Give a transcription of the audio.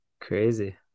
crazy